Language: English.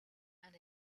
and